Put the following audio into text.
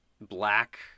black